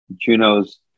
Juno's